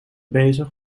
bezig